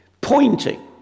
pointing